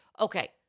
okay